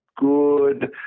good